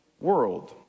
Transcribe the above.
world